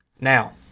Now